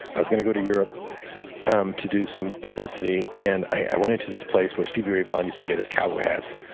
i was going to go to europe um to do some publicity. and i went into this place where stevie ray vaughn used to get his cowboy hats,